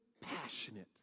passionate